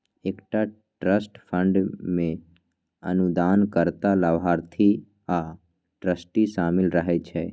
एकटा trust fund मे अनुदानकर्ता, लाभार्थी आ ट्रस्टी शामिल रहै छै